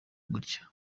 gutya